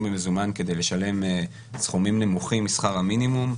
במזומן כדי לשלם סכומים נמוכים משכר המינימום.